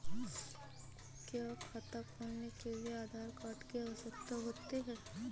क्या खाता खोलने के लिए आधार कार्ड की आवश्यकता होती है?